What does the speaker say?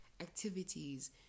activities